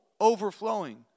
overflowing